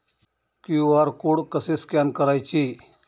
QR code कसे scan करायचे?